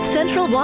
Central